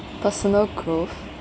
personal growth